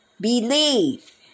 Believe